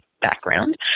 background